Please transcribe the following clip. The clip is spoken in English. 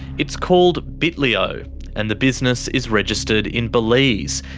it's called bitlio and the business is registered in belize,